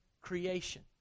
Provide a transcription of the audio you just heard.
creation